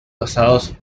basados